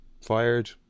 fired